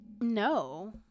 No